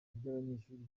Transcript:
ry’abanyeshuri